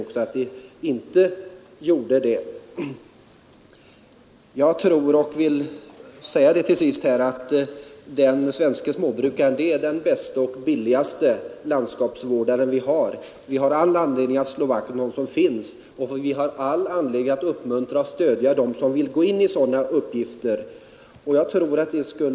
Jag vill till sist säga, att jag tror att den svenske småbrukaren är den bäste och billigaste landskapsvårdare vi har. Vi har all anledning att slå vakt om dem som finns och uppmuntra och stödja dem som vill gå in i sådana uppgifter.